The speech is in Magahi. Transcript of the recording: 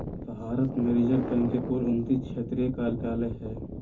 भारत में रिज़र्व बैंक के कुल उन्तीस क्षेत्रीय कार्यालय हइ